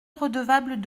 redevable